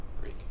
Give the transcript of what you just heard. Greek